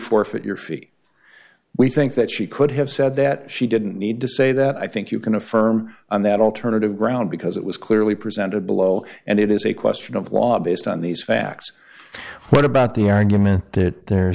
forfeit your fifty we think that she could have said that she didn't need to say that i think you can affirm on that alternative ground because it was clearly presented below and it is a question of law based on these facts what about the argument that the